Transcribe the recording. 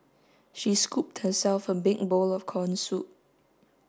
she scooped herself a big bowl of corn soup